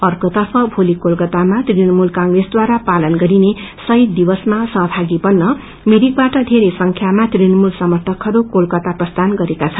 अर्कोतर्फ भोली कालकातामा तृणमूल केप्रेसद्वारा पालन गरिने शहीद दिवसमा सहभागी बन्न मिरकबाट थेरै संख्यामा तृणमूल समाकिहरू कोलकाता प्रस्थान गरेका छन्